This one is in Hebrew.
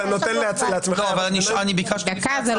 אתה נותן לעצמך -- דקה זה לא